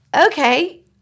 okay